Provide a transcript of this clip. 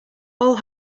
all